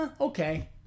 Okay